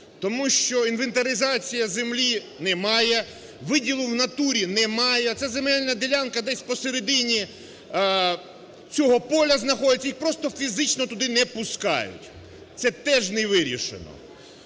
Тому що інвентаризації землі немає, виділення в натурі – немає, ця земельна ділянка десь посередині цього поля знаходиться, їх просто фізично туди не пускають. Це теж не вирішено.